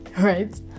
right